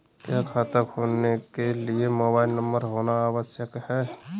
क्या खाता खोलने के लिए मोबाइल नंबर होना आवश्यक है?